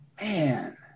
man